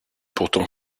pourtant